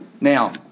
Now